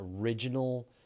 original